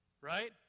Right